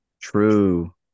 True